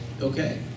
Okay